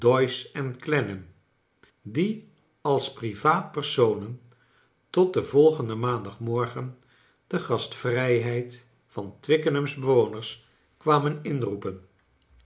clennam die als privaatpersonen tot den volgenden maandagmorgen de gastvrijheid van twickenham's bewoners kwamen inroepen